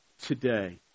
today